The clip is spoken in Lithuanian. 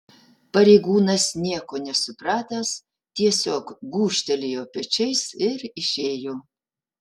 pareigūnas nieko nesupratęs tiesiog gūžtelėjo pečiais ir išėjo